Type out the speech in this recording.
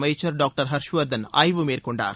அமைச்சர் டாக்டர் ஹர்ஷ்வர்தன் ஆய்வு மேற்கொண்டார்